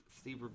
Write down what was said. Steve